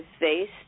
face